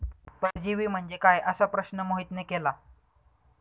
परजीवी म्हणजे काय? असा प्रश्न मोहितने केला